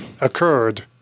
occurred